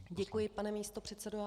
Děkuji, pane místopředsedo.